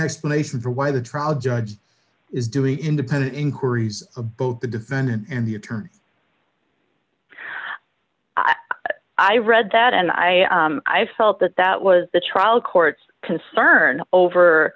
explanation for why the trial judge is doing independent inquiries both the defendant and the attorney i read that and i i felt that that was the trial court's concern